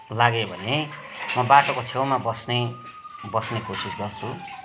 लाग्यो भने म बाटोको छेउमा बस्ने बस्ने कोसिस गर्छु